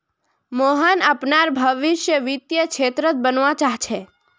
मोहन अपनार भवीस वित्तीय क्षेत्रत बनवा चाह छ